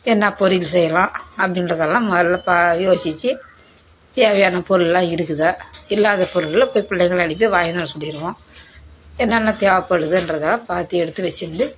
என்ன பொரியல் செய்யலாம் அப்படின்றதெல்லாம் முதல்ல பா யோசித்து தேவையான பொருளெல்லாம் இருக்குதா இல்லாத பொருள்களை போய் பிள்ளைங்கள அனுப்பி வாங்கின்னு வர சொல்லிடுவோம் என்னென்ன தேவைப்படுதுன்றத பார்த்து எடுத்து வெச்சுருந்து